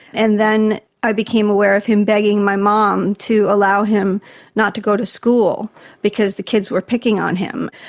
and then i became aware of him begging my mum to allow him not to go to school because the kids were picking on him.